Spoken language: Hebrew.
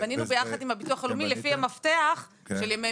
יחד עם הביטוח הלאומי בנינו לפי מפתח של ימי